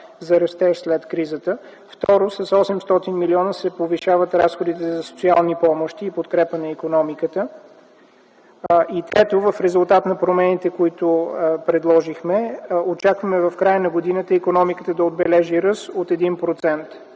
за растеж след кризата. Второ, с 800 милиона се повишават разходите за социални помощи и подкрепа на икономиката. Трето, в резултат на промените, които предложихме, очакваме в края на годината икономиката да отбележи ръст от 1%,